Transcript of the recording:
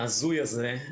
ההזוי הזה,